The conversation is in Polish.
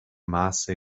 masy